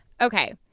Okay